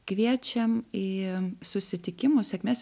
kviečiam į susitikimus sėkmės